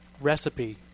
recipe